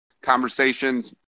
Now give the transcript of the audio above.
conversations